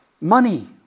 money